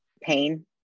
pain